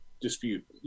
dispute